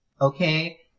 Okay